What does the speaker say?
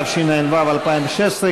התשע"ו 2016,